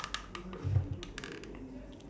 ya I think that's it